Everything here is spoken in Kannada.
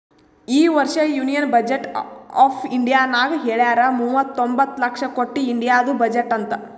ಈ ವರ್ಷ ಯೂನಿಯನ್ ಬಜೆಟ್ ಆಫ್ ಇಂಡಿಯಾನಾಗ್ ಹೆಳ್ಯಾರ್ ಮೂವತೊಂಬತ್ತ ಲಕ್ಷ ಕೊಟ್ಟಿ ಇಂಡಿಯಾದು ಬಜೆಟ್ ಅಂತ್